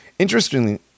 Interestingly